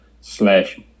slash